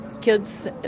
kids